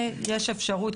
יש אפשרות,